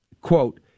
quote